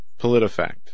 PolitiFact